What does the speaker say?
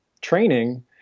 training